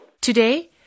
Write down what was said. Today